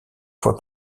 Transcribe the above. fois